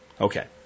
Okay